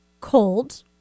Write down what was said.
Cold